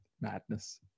Madness